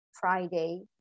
Friday